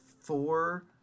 four